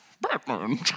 Batman